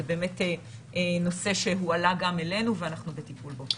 זה באמת נושא שהועלה גם אלינו, ואנחנו מטפלים בו.